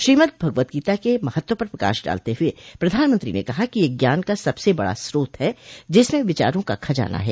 श्रीमद्भगवदगीता के महत्व पर प्रकाश डालते हुए प्रधानमंत्री ने कहा यह ज्ञान का सबसे बड़ा स्रोत है जिसमें विचारों का खजाना है